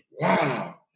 wow